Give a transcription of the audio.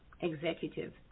executive